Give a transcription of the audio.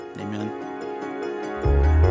Amen